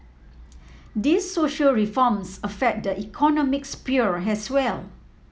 these social reforms affect the economic sphere as well